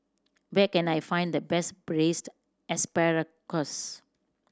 where can I find the best Braised Asparagus